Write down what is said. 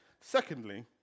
Secondly